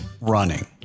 running